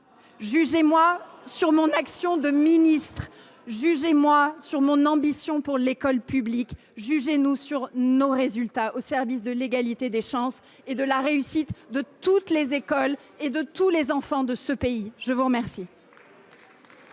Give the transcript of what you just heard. Jugez moi sur mon action de ministre. Jugez moi sur mon ambition pour l’école publique. Jugez nous sur nos résultats au service de l’égalité des chances et de la réussite de toutes les écoles et de tous les enfants de ce pays. La parole